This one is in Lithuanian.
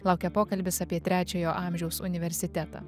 laukia pokalbis apie trečiojo amžiaus universitetą